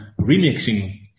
remixing